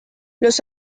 los